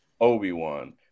Obi-Wan